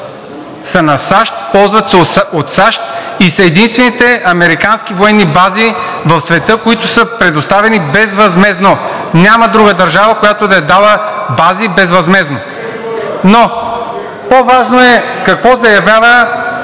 са на САЩ, ползват се от САЩ и са единствените американски военни бази в света, които са предоставени безвъзмездно. Няма друга държава, която да е дала бази безвъзмездно. (Реплики.) Но по-важно е какво заявява